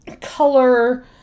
color